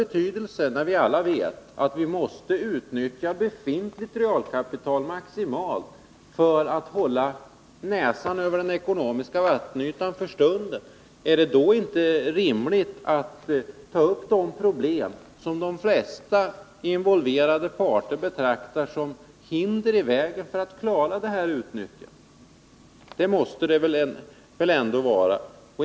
Men när vi alla vet att vi måste utnyttja befintligt realkapital maximalt för att hålla näsan över den ekonomiska vattenytan för stunden, är det då inte rimligt att ta upp de problem som de flesta involverade parter betraktar som hinder i vägen?